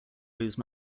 lose